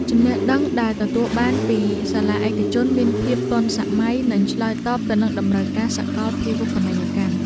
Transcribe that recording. ចំណេះដឹងដែលទទួលបានពីសាលាឯកជនមានភាពទាន់សម័យនិងឆ្លើយតបទៅនឹងតម្រូវការសកលភាវូបនីយកម្ម។